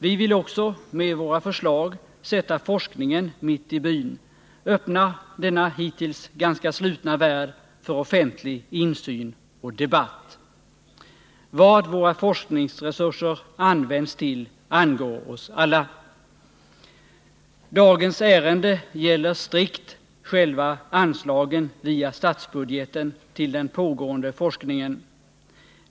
Vi vill också med våra förslag sätta forskningen mitt i byn, öppna denna hittills ganska slutna värld för offentlig insyn och debatt. Vad våra forskningsresurser används till angår oss alla. Dagens ärende gäller strikt själva anslagen via statsbudgeten tillden pågående forskningen.